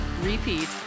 repeat